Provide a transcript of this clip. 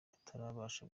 tutarabasha